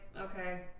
okay